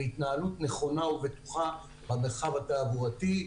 להתנהלות נכונה ובטוחה במרחב התעבורתי,